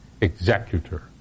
executor